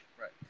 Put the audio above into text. Right